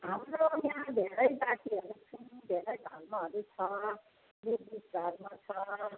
हाम्रो यहाँ धेरै जातिहरू छौँ धेरै धर्महरू छ बुद्धिस्ट धर्म छ